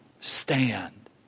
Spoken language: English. Stand